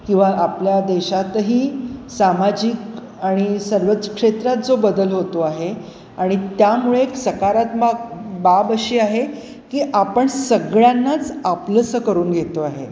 किंवा आपल्या देशातही सामाजिक आणि सर्वच क्षेत्रात जो बदल होतो आहे आणि त्यामुळे सकारात्मक बाब अशी आहे की आपण सगळ्यांनाच आपलंसं करून घेतो आहे